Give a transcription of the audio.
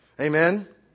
Amen